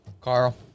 Carl